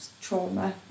trauma